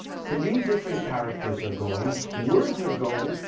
three different characters are going, words are going,